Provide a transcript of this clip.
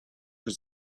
was